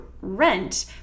rent